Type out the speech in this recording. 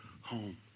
home